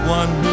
one